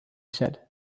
said